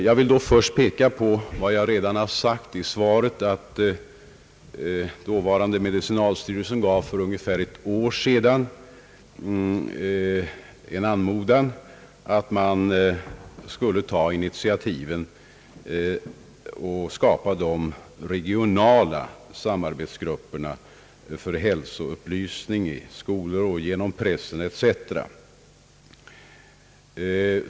Jag vill därvid först peka på vad jag redan har sagt i svaret, att dåvarande medicinalstyrelsen för ungefär ett år sedan sände ut en uppmaning att man skulle ta initiativ till och skapa regionala samarbetsgrupper för hälsoupplysning i skolor, genom pressen etc.